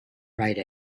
write